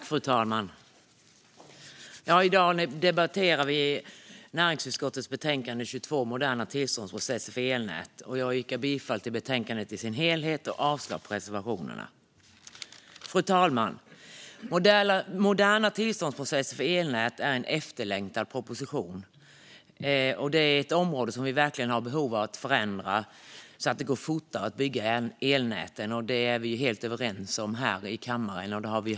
Fru talman! I dag debatterar vi näringsutskottets betänkande 22 Moderna tillståndsprocesser för elnät . Jag yrkar bifall till utskottets förslag och avslag på reservationerna. Fru talman! Moderna tillståndsprocesser för elnät är en efterlängtad proposition. Det är ett område vi verkligen har behov av att förändra, så att det går fortare att bygga ut elnäten. Det är vi helt överens om här i kammaren.